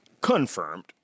confirmed